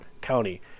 County